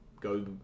go